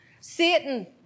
Satan